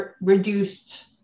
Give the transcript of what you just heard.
reduced